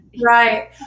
right